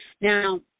Now